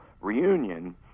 reunion